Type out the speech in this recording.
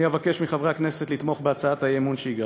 אני אבקש מחברי הכנסת לתמוך בהצעת האי-אמון שהגשנו.